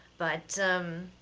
but um,